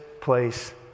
place